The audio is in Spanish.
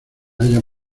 halla